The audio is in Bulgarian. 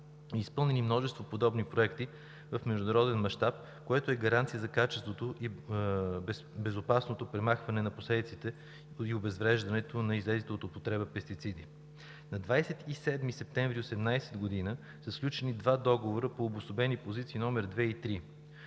изпълнени множество подобни проекти в международен мащаб, което е гаранция за качеството и безопасното премахване на последиците, поради обезвреждането на излезлите от употреба пестициди. На 27 септември 2018 г. са сключени два договора по обособени позиции с номер 2 и 3.